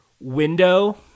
window